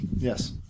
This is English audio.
Yes